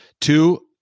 Two